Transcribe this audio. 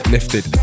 Lifted